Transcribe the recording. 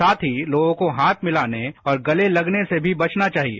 साथ ही लोगों को हाथ मिलाने और गले गलने से भी बचना चाहिए